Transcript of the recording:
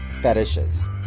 fetishes